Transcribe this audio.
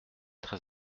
très